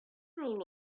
rule